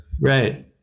Right